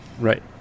Right